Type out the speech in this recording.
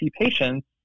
patients